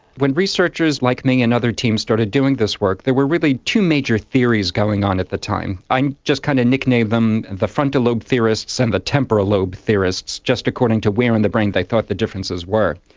when researchers like me and other teams started doing this work there were really two major theories going on at the time. i just kind of nicknamed them the frontal lobe theorists and the temporal lobe theorists just according to where in the brain they thought the differences were.